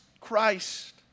Christ